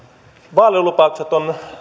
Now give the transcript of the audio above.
vaalilupaukset ovat